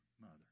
mother